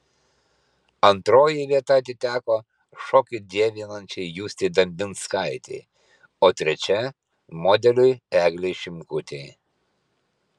antroji vieta atiteko šokį dievinančiai justei dambinskaitei o trečia modeliui eglei šimkutei